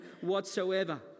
whatsoever